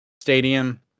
stadium